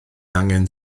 angen